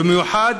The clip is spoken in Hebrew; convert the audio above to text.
במיוחד